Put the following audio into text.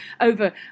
over